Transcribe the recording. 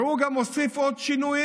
והוא גם הוסיף עוד שינויים.